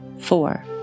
four